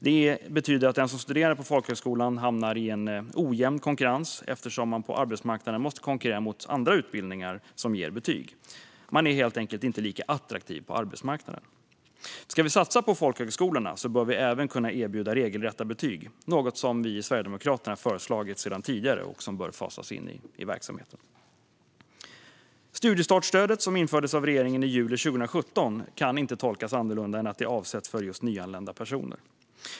Det betyder att den som studerar på folkhögskolan hamnar i en ojämn konkurrens, eftersom man på arbetsmarknaden måste konkurrera mot andra utbildningar som ger betyg. Man är helt enkelt inte lika attraktiv på arbetsmarknaden. Ska vi satsa på folkhögskolorna bör vi även kunna erbjuda regelrätta betyg, något som vi i Sverigedemokraterna föreslagit sedan tidigare och som bör fasas in i verksamheten. Studiestartsstödet, som infördes av regeringen i juli 2017, kan inte tolkas annorlunda än att det är avsett för just nyanlända personer.